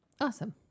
Awesome